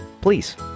please